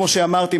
כמו שאמרתי,